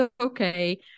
okay